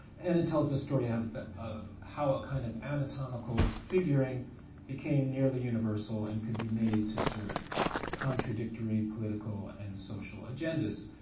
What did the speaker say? and it tells the story of but of how a kind of anatomical figuring became nearly universal and could be made to serve contradictory political and social agendas.